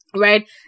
Right